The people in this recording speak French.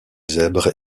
zèbre